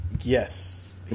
Yes